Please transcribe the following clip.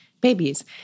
babies